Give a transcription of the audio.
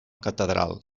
catedral